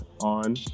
on